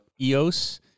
EOS